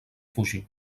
fugir